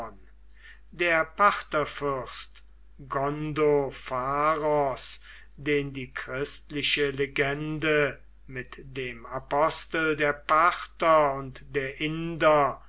der partherfürst gondopharos den die christliche legende mit dem apostel der parther und der inder